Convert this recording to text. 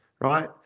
right